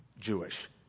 Jewish